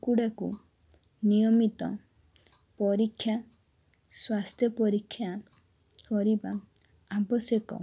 କୁକୁଡ଼ାକୁ ନିୟମିତ ପରୀକ୍ଷା ସ୍ୱାସ୍ଥ୍ୟ ପରୀକ୍ଷା କରିବା ଆବଶ୍ୟକ